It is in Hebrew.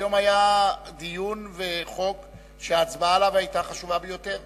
והיום היה דיון בחוק שההצבעה עליו היתה חשובה ביותר,